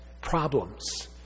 problems